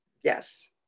yes